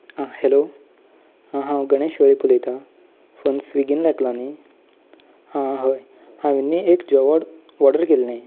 हां हॅलो हां हांव गणेश वेळीप उलयतां फोन स्विगीन लागला न्हय हां हय हांवें न्हय एक जेवण ऑर्डर केल्लें